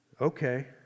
okay